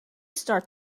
start